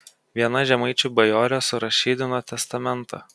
viena žemaičių bajorė surašydino testamentą